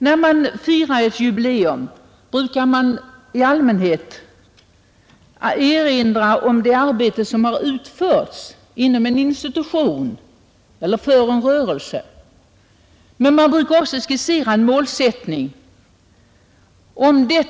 När man firar ett jubileum brukar man i allmänhet erinra om det arbete som har utförts inom en institution eller för en rörelse. Man brukar också skissera en målsättning för framtiden.